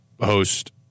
host